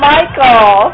Michael